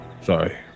sorry